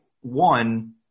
one